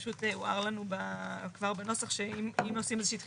פשוט הוער לנו כבר בנוסח שאם עושים איזה שהיא חקיקה.